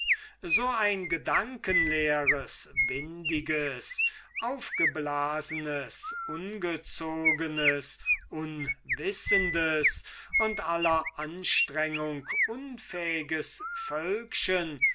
so ein gedankenleeres windichtes aufgeblasenes ungezogenes unwissendes und aller anstrengung unfähiges völkchen